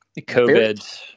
COVID